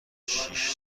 شیش